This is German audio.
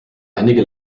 einige